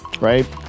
right